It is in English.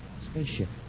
Spaceship